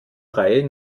reihe